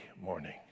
morning